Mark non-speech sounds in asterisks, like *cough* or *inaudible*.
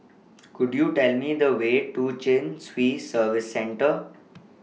*noise* Could YOU Tell Me The Way to Chin Swee Service Centre